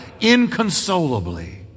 inconsolably